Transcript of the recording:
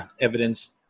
evidence